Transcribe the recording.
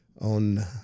on